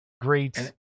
great